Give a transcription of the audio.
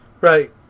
Right